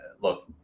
look